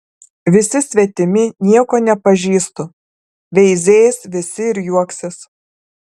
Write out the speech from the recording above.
visi svetimi nieko nepažįstu veizės visi ir juoksis